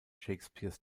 shakespeares